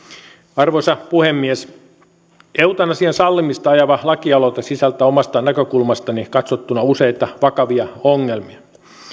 arvoisa puhemies eutanasian sallimista ajava lakialoite sisältää omasta näkökulmastani katsottuna useita vakavia ongelmia